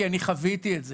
כי חוויתי את זה.